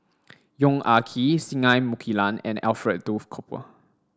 Yong Ah Kee Singai Mukilan and Alfred Duff Cooper